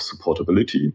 supportability